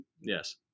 Yes